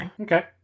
Okay